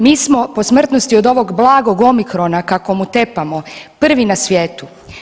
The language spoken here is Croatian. Mi smo po smrtnosti od ovog blagog omikrona kako mu tepamo prvi na svijetu.